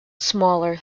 smaller